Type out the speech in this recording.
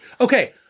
Okay